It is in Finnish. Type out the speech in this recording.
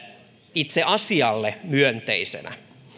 itse asialle myönteisenä